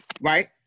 right